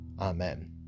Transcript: Amen